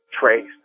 traced